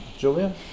Julia